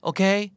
Okay